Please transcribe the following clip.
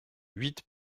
huit